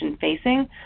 facing